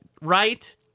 right